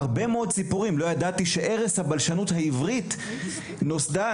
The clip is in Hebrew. לא ידעתי שערש הבלשנות העברית נוסדה,